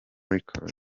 record